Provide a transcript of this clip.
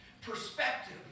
perspective